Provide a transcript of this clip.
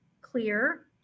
clear